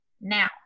now